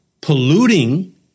polluting